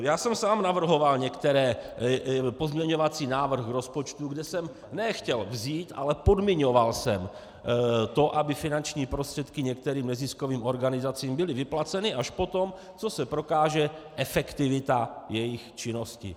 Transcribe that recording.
Já jsem sám navrhoval některé pozměňovací návrhy k rozpočtu, kde jsem ne chtěl vzít, ale podmiňoval jsem to, aby finanční prostředky některým neziskovým organizacím byly vyplaceny až potom, co se prokáže efektivita jejich činnosti.